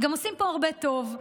גם עושה פה הרבה טוב,